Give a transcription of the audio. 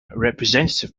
representative